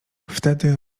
wtedy